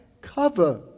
cover